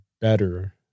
better